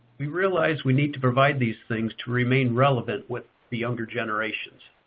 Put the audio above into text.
we realize we need to provide these things to remain relevant with the younger generations.